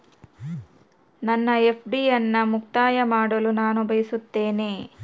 ನನ್ನ ಎಫ್.ಡಿ ಅನ್ನು ಮುಕ್ತಾಯ ಮಾಡಲು ನಾನು ಬಯಸುತ್ತೇನೆ